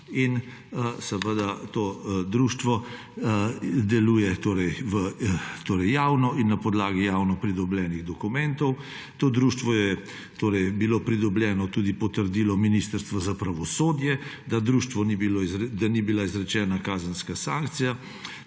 in to društvo deluje torej javno in na podlagi javno pridobljenih dokumentov. To društvo je pridobilo tudi potrdilo Ministrstva za pravosodje, da društvu ni bila izrečena kazenska sankcija.